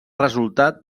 resultat